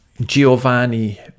Giovanni